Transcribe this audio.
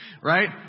right